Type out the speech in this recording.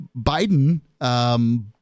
Biden